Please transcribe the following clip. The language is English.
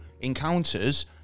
encounters